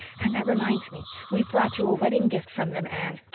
and that reminds me we've brought you a wedding gift from them, anne.